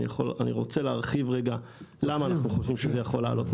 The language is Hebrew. אני רוצה להרחיב רגע למה אנחנו חושבים שהמחיר יכול לעלות.